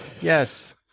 yes